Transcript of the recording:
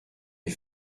est